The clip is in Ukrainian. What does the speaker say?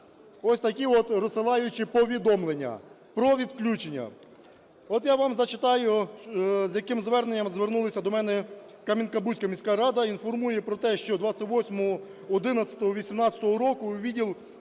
ось такі от розсилаючи повідомлення про відключення. От я вам зачитаю, з яким зверненням звернулися до мене. "Кам'янка-Бузька міська рада інформує про те, що 28.11.2018 року у відділ